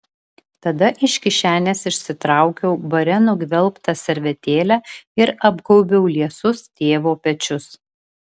tada iš kišenės išsitraukiau bare nugvelbtą servetėlę ir apgaubiau liesus tėvo pečius